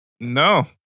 No